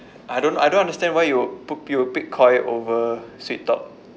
I don't I don't understand why you'd pu~ pi~ pick Koi over Sweettalk